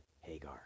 Hagar